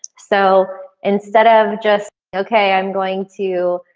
so instead of just okay. i'm going to